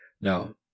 Now